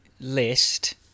list